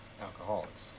alcoholics